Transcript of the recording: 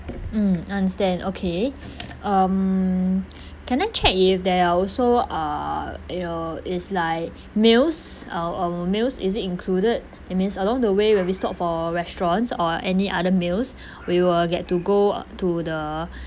mm understand okay um can I check if there are also uh you know is like meals our our meals is it included that means along the way when we stop for restaurants or any other meals we will get to go to the